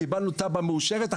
קיבלנו תב"ע מאושרת,